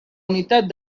unitat